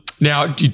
Now-